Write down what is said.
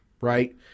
right